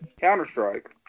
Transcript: Counter-Strike